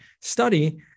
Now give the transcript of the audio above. study